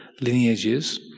lineages